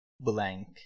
blank